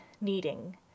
kneading